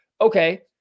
okay